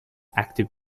active